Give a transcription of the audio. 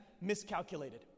miscalculated